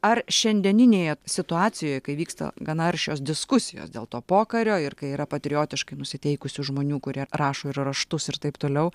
ar šiandieninėje situacijoje kai vyksta gana aršios diskusijos dėl to pokario ir kai yra patriotiškai nusiteikusių žmonių kurie rašo ir raštus ir taip toliau